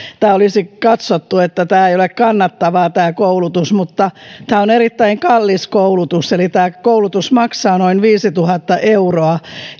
olisi katsottu että tämä koulutus ei ole kannattavaa mutta tämä on erittäin kallis koulutus tämä koulutus maksaa noin viisituhatta euroa